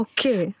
Okay